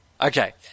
Okay